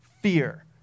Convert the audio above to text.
fear